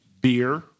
beer